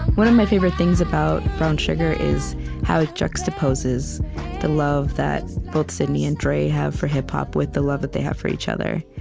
one of my favorite things about brown sugar is how it juxtaposes the love that both sidney and dre have for hip-hop with the love that they have for each other.